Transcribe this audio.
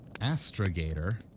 Astrogator